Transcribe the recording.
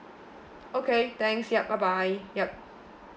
okay thanks yup bye bye yup